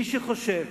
מי שחושב